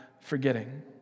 forgetting